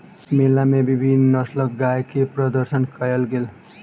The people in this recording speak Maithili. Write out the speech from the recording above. मेला मे विभिन्न नस्लक गाय के प्रदर्शन कयल गेल